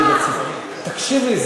תקשיבי,